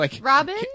Robin